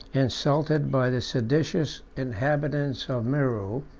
insulted by the seditious inhabitants of merou,